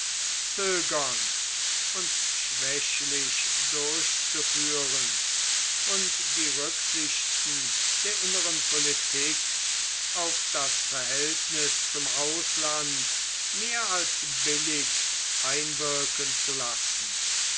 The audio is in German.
zögernd und schwächlich durchzuführen und die rücksichten der inneren politik auf das verhältnis zum ausland mehr als billig einwirken zu lassen